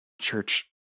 church